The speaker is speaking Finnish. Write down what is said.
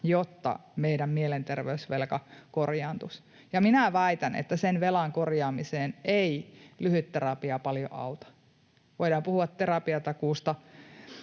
jotta meidän mielenterveysvelka korjaantuisi. Ja minä väitän, että sen velan korjaamiseen ei lyhytterapia paljon auta. Voidaan puhua terapiatakuusta,